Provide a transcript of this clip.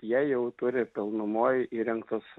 jie jau turi pilnumoj įrengtas